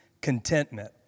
contentment